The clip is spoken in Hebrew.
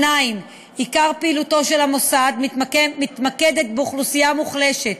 2. עיקר פעילותו של המוסד מתמקדת באוכלוסייה מוחלשת